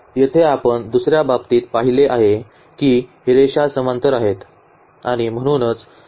तर येथे आपण दुसर्या बाबतीत पाहिले आहे की रेषा समांतर आहेत